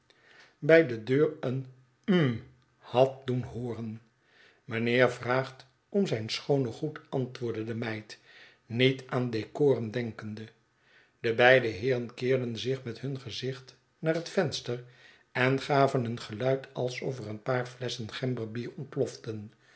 by de deur een hm had doen hooren meneer vraagt om zijn schoone goed antwoordde de meid niet aan decorum denkende de beide heeren keerden zich met hun gezicht naar het venster en gaven een geluid alsof er een paar ftesschen gemberbier ontploften